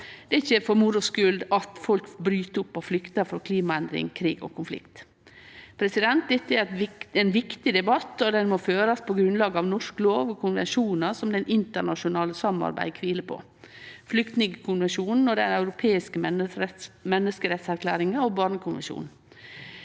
Det er ikkje for moro skuld at folk bryt opp og flyktar frå klimaendring, krig og konflikt. Dette er ein viktig debatt, og han må førast på grunnlag av norsk lov og konvensjonar som det internasjonale samarbeidet kviler på: flyktningkonvensjonen, den europeiske menneskerettskonvensjonen og barnekonvensjonen.